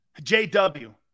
jw